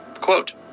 Quote